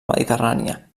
mediterrània